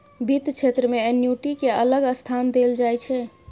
बित्त क्षेत्र मे एन्युटि केँ अलग स्थान देल जाइ छै